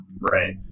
Right